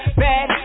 bad